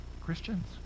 Christians